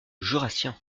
jurassien